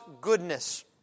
goodness